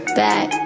back